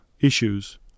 issues